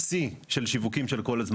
זה הוא שיא של כל הזמנים.